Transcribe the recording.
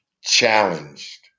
challenged